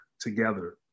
together